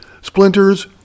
splinters